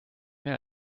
mehr